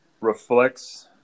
reflects